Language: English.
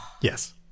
Yes